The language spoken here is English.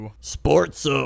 Sports